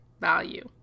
value